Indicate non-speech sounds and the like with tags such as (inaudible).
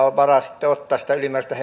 (unintelligible) ole varaa palkata sitä ylimääräistä (unintelligible)